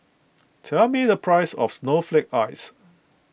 tell me the price of Snowflake Ice